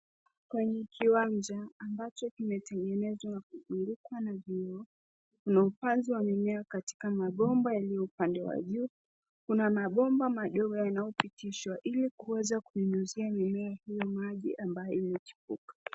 Kwenye kiwanja ambacho kimetengenezwa na kuzungukwa na vioo, kuna upanzi wa mimea katika mabomba yaliyo upande wa juu. Kuna mabomba madogo yanayopitishwa ili kuweza kunyunyizia mimea hiyo maji ambayo imechipuka.